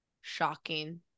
shocking